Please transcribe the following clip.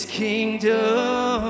kingdom